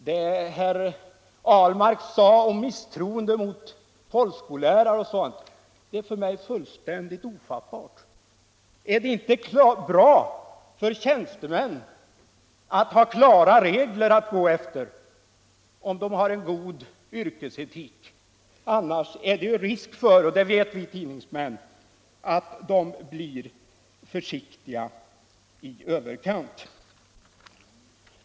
Det herr Ahlmark sade om misstroende mot folkskollärare osv. är för mig fullständigt ofattbart. Är det inte bra för tjänstemän att ha klara regler att gå efter om de har en god yrkesetik? Om de inte har regler är det risk för — det vet vi tidningsmän — att de blir försiktiga i överkant.